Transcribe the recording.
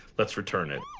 let's return it.